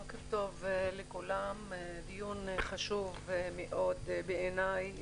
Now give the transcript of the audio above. בוקר טוב, דיון חשוב מאוד בעיני.